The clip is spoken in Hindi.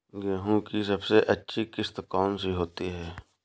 गेहूँ की सबसे अच्छी किश्त कौन सी होती है?